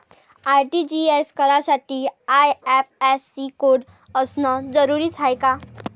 RTGS करासाठी IFSC code असनं जरुरीच हाय का?